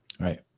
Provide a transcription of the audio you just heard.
right